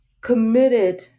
committed